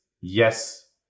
yes